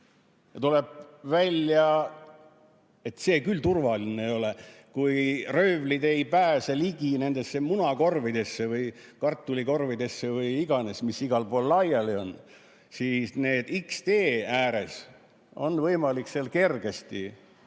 Tuleb välja, et see küll turvaline ei ole. Kui röövlid ei pääse ligi nendesse munakorvidesse või kartulikorvidesse või mis iganes korvidesse, mis igal pool laiali on, siis X‑tee äärest on võimalik kergesti